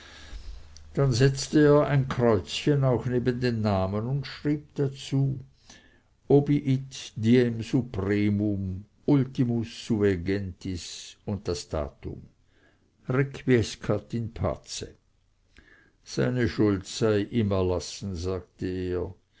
dann setzte er ein kreuzchen auch neben den namen und schrieb dazu obiit diem supremum ultimus suae gentis und das datum requiescat in pace seine schuld sei ihm erlassen sagte er